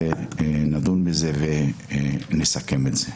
דיון וסיכום.